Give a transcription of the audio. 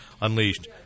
Unleashed